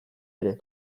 ere